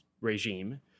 regime